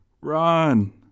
run